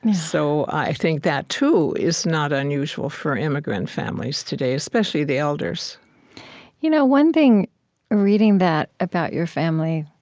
so i think that, too, is not unusual for immigrant families today, especially the elders you know one thing reading that about your family